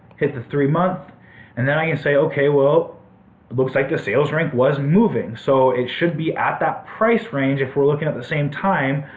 hit the three month and then i can say okay well it looks like the sales rank was moving so it should be at that price range if we're looking at the same time,